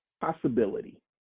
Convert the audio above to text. possibility